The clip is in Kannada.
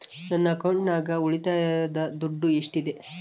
ನನ್ನ ಅಕೌಂಟಿನಾಗ ಉಳಿತಾಯದ ದುಡ್ಡು ಎಷ್ಟಿದೆ?